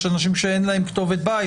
יש אנשים שאין להם כתובת בית,